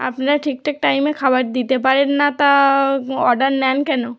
আপনারা ঠিকঠাক টাইমে খাবার দিতে পারেন না তা অর্ডার নেন কেন